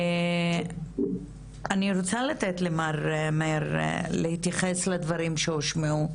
אני רוצה לתת למר מאיר להתייחס לדברים שהושמעו.